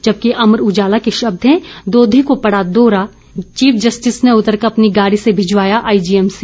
जबकि अमर उजाला के शब्द हैं दोधी को पड़ा दौरा चीफ जस्टिस ने उतरकर अपनी गाडी से भिजवाया आईजीएमसी